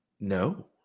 No